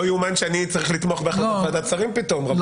לא יאומן שאני צריך לתמוך בהחלטת ועדת שרים פתאום,